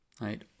right